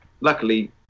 luckily